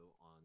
on